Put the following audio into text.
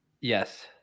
Yes